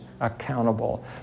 accountable